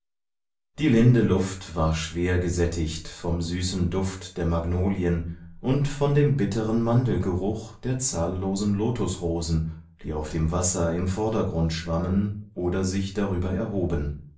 die linde luft war schwer gesättigt vom süßen duft der magnolien und von dem bittern mandelgeruch der zahllosen lotusrosen die auf dem wasser im vordergrund schwammen oder sich darüber erhoben